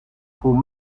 voor